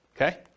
Okay